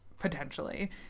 Potentially